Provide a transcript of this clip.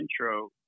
intro